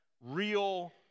real